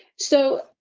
so,